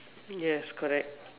yes correct